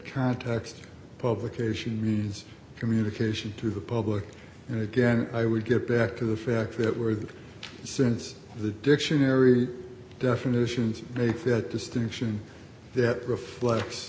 context publication means communication to the public and again i would get back to the fact that where the sense of the dictionary definitions make that distinction that reflects